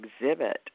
exhibit